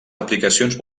aplicacions